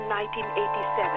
1987